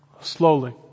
slowly